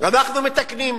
אנחנו מתקנים.